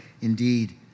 indeed